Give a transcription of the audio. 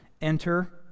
Enter